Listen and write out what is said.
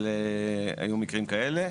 אבל, היו מקרים כאלה.